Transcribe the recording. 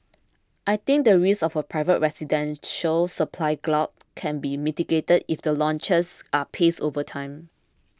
I think the risk of a private residential supply glut can be mitigated if the launches are paced over time